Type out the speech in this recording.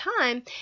time